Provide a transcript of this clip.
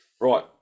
Right